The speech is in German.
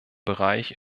bereich